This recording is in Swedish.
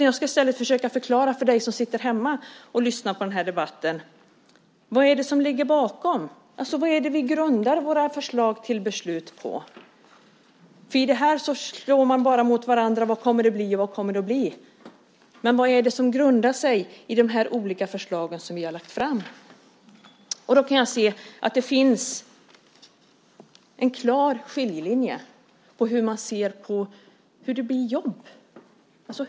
Jag ska i stället försöka förklara för dig som sitter hemma och lyssnar på den här debatten vad det är som ligger bakom. Vad är det vi grundar våra förslag till beslut på? Här slår man bara mot varandra och frågar vad det kommer att bli. Men vad grundar sig de olika förslag som vi har lagt fram på? Det finns en klar skiljelinje när det gäller hur man ser på hur det blir jobb.